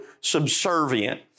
subservient